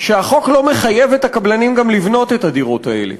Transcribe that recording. שהחוק לא מחייב את הקבלנים גם לבנות את הדירות האלה.